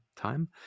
time